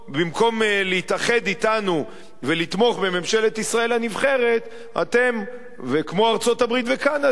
במקום להתאחד אתנו ולתמוך בממשלת ישראל הנבחרת וכמו ארצות-הברית וקנדה,